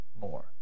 more